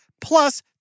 plus